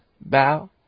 bow